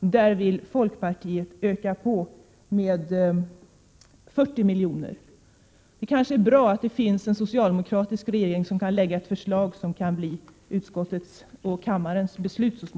medan folkpartiet i en reservation, nr 148, på nästa sida vill öka anslaget med 40 milj.kr. Det är nog bra att det finns en socialdemokratisk regering som kan lägga fram förslag som kan antas av utskottet och så småningom även bli kammarens beslut.